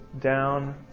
down